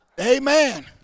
Amen